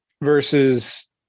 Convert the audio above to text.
versus